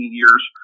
years